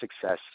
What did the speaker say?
success